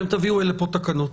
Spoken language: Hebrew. אתם תביאו לפה תקנות